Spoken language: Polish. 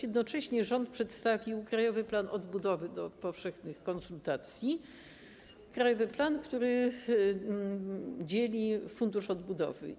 Jednocześnie rząd przedstawił Krajowy Plan Odbudowy do powszechnych konsultacji, krajowy plan, który dzieli Fundusz Odbudowy.